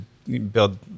build